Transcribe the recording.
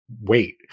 wait